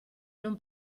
non